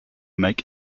make